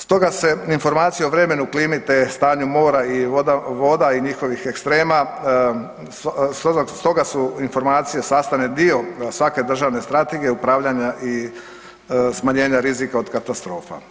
Stoga se informacije o vremenu, klimi te stanju mora i voda i njihovih ekstrema, stoga su informacije sastavni dio svake državne strategije upravljanja i smanjenja rizika od katastrofa.